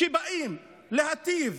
שבאים להיטיב